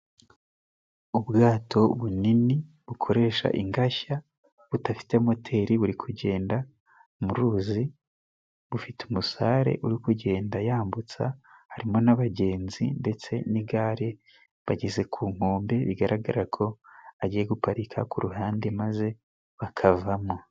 Ubwato bunini bukoresha ingashya budafite moteri. Buri kugenda mu ruzi rufite umusare, uri kugenda yambutsa. Harimo abagenzi ndetse n'igare, bageze ku nkombe bigaragara ko agiye guparika ku ruhande maze bakavamo.